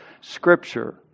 Scripture